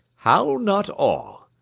how not all?